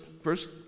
first